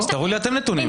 תראו לי אתם נתונים.